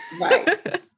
Right